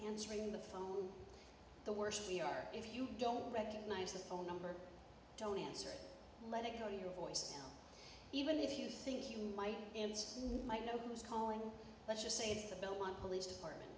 answering the phone the worse we are if you don't recognize the phone number don't answer let it go on your voicemail even if you think you might might know who's calling let's just say the belmont police department